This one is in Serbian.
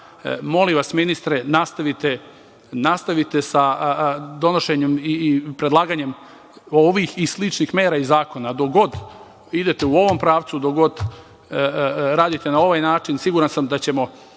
Molim vas, ministre, nastavite sa donošenjem i predlaganjem ovih i sličnih mera i zakona. Dok god idete u ovom pravcu, dok god radite na ovaj način siguran sam da ćemo